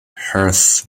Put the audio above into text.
hearth